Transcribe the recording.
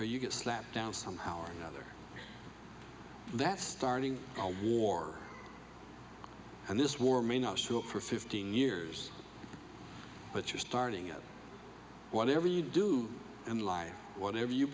or you get slapped down somehow or other that's starting a war and this war may not show up for fifteen years but you're starting whatever you do in life whatever you